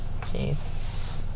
Jeez